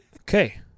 Okay